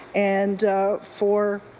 and for